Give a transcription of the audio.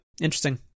Interesting